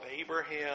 Abraham